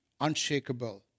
unshakable